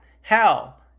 hell